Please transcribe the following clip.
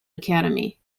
academy